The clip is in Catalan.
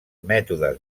mètodes